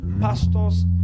pastors